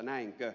näinkö